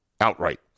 outright